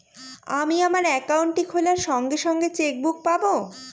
আমি আমার একাউন্টটি খোলার সঙ্গে সঙ্গে চেক বুক পাবো?